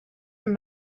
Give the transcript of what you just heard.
and